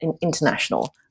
international